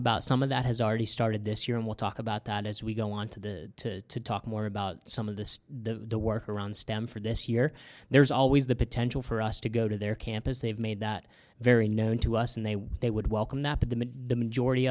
about some of that has already started this year and we'll talk about that as we go on to talk more about some of the work around stem for this year there's always the potential for us to go to their campus they've made that very known to us and they they would welcome that but the the majority